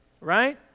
Right